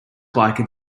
biker